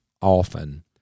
often